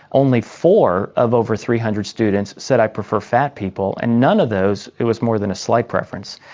only four of over three hundred students said, i prefer fat people and none of those it was more than a slight preference.